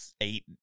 eight